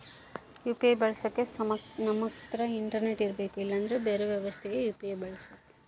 UPI ಬಳಸಕ ನಮ್ತಕ internet ಇರರ್ಬೆಕು ಇಲ್ಲಂದ್ರ ಬೆರೆ ವ್ಯವಸ್ಥೆಗ ಯು.ಪಿ.ಐ ಬಳಸಬಕು